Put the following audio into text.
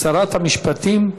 שרת המשפטים?